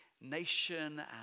nation